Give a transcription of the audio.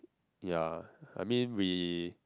ya I mean we